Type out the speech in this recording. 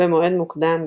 במועד מוקדם,